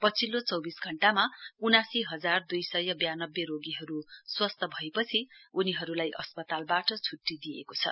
पछिल्लो चौविस घण्टामा उनासी हजार दुई सय व्यानब्बे रोगीहरु स्वस्थ भएपछि उनीहरुलाई अस्पतालबाट छुट्टी दिइएको छ